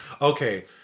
Okay